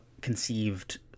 conceived